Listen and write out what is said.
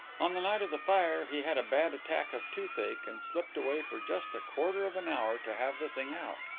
on the night of the fire he had a bad attack of toothache and slipped away for just a quarter of an hour to have the thing out.